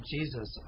Jesus